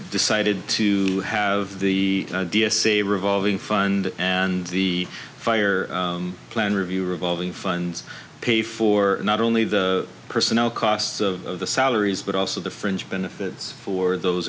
decided to have the d s a revolving fund and the fire plan review revolving funds pay for not only the personnel costs of the salaries but also the fringe benefits for those